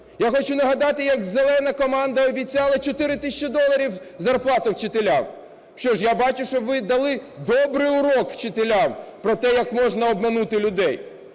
Я хочу нагадати, як "зелена" команда обіцяла 4 тисячі доларів зарплату вчителям. Що ж я бачу, що ви дали добрий урок вчителям про те, як можна обманути людей.